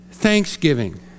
Thanksgiving